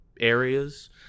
areas